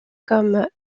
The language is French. comme